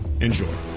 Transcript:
enjoy